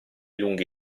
lunghi